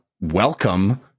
welcome